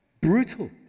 Brutal